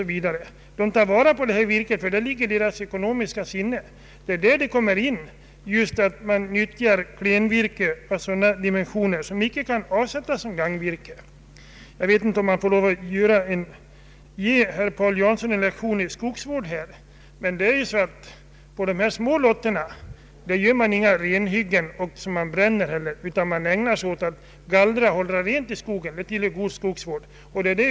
De tar sedan vara på virket som bränsle eftersom detta ligger i deras ekonomiska sinne. De utnyttjar alltså som bränsle klenvirke av sådana dimensioner som icke kan avsättas som gagnvirke. Jag vet inte om jag måste ger herr Paul Jansson en lektion i skogsvård, men det förhåller sig på det sättet att man på de små lotter det här gäller inte gör kalhyggen som man bränner, man gallrar och håller rent i skogen — detta tillhör god skogsvård.